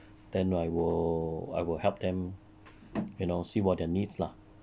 then I will I will help them you know see what their needs lah